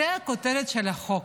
זו הכותרת של החוק.